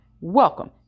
Welcome